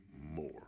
more